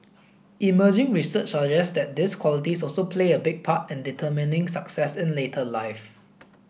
emerging research suggests that these qualities also play a big part in determining success in later life